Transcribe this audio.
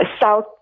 south